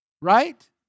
Right